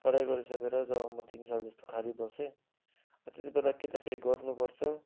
पढाइ गरिसकेर जब म तिन साल जस्तो खाली बसेँ त्यति बेला कि त केही गर्नु पर्छ